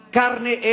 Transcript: carne